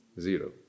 Zero